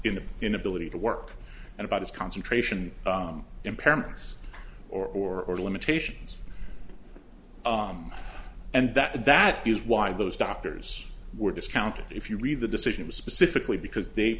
in the inability to work and about his concentration impairments or limitations and that that is why those doctors were discounted if you read the decision specifically because they